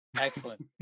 Excellent